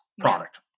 product